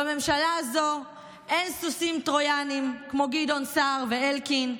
בממשלה הזו אין סוסים טרויאנים כמו גדעון סער ואלקין.